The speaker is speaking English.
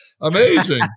Amazing